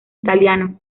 italiano